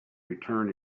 return